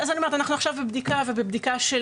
אז אני אומרת, אנחנו עכשיו בבדיקה, ובבדיקה של